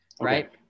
right